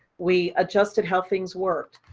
we adjusted how things worked.